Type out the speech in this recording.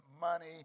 money